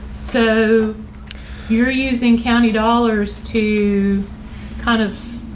so you're using county dollars to kind of